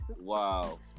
Wow